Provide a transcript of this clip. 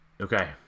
okay